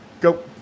Go